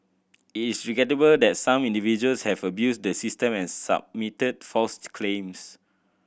it is regrettable that some individuals have abused the system and submitted false claims